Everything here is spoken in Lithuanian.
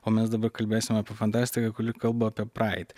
o mes dabar kalbėsim apie fantastiką kuri kalba apie praeitį